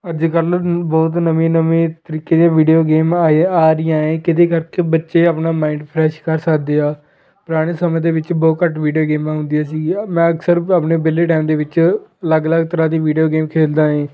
ਅੱਜ ਕੱਲ੍ਹ ਬਹੁਤ ਨਵੇਂ ਨਵੇਂ ਤਰੀਕੇ ਦੀਆਂ ਵੀਡੀਓ ਗੇਮਾਂ ਆਈ ਆ ਰਹੀਆਂ ਹੈ ਕਿਹਦੇ ਕਰਕੇ ਬੱਚੇ ਆਪਣਾ ਮਾਇੰਡ ਫਰੈਸ਼ ਕਰ ਸਕਦੇ ਆ ਪੁਰਾਣੇ ਸਮੇਂ ਦੇ ਵਿੱਚ ਬਹੁਤ ਘੱਟ ਵੀਡੀਓ ਗੇਮਾਂ ਹੁੰਦੀਆਂ ਸੀਗੀਆਂ ਮੈਂ ਅਕਸਰ ਆਪਣੇ ਵਿਹਲੇ ਟਾਈਮ ਦੇ ਵਿੱਚ ਅਲੱਗ ਅਲੱਗ ਤਰ੍ਹਾਂ ਦੀ ਵੀਡੀਓ ਗੇਮ ਖੇਡਦਾ ਹੈ